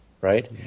right